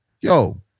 Yo